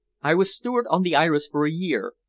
i was steward on the iris for a year,